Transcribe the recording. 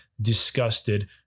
disgusted